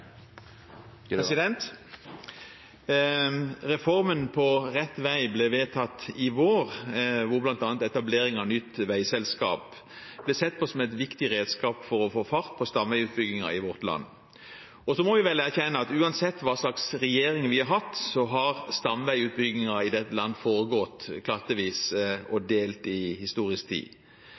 sett på som et viktig redskap for å få fart på stamveiutbyggingen i vårt land. Og så må vi vel erkjenne at uansett hva slags regjering vi har hatt, har stamveiutbyggingen i dette land foregått klattvis og delt i historisk tid.